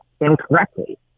incorrectly